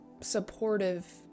supportive